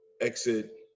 exit